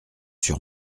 sur